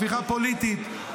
הפיכה פוליטית,